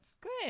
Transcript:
good